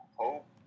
hope